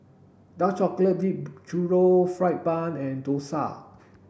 dark chocolate dipped churro fried bun and dosa